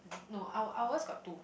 no our ours got two